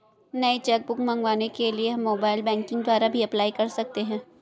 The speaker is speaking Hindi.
नई चेक बुक मंगवाने के लिए हम मोबाइल बैंकिंग द्वारा भी अप्लाई कर सकते है